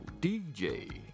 DJ